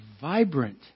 vibrant